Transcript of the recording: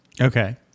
Okay